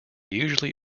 usually